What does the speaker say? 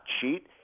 cheat